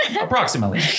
Approximately